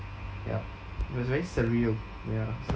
yup it was very surreal ya